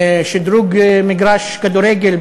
שדרוג מגרש כדורגל,